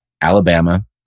Alabama